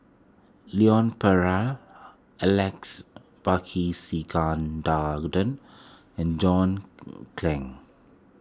Leon Perera Alex and John Clang